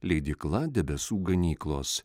leidykla debesų ganyklos